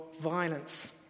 violence